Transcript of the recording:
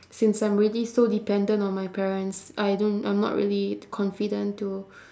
since I'm already so dependent on my parents I don't I'm not really confident to